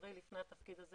ובעברי לפני התפקיד הזה,